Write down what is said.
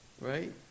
right